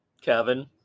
Kevin